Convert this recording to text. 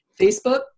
facebook